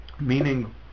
Meaning